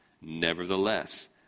Nevertheless